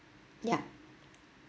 ya